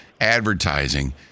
advertising